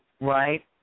right